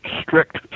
strict